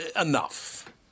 enough